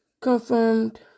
confirmed